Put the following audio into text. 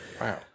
Wow